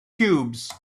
cubes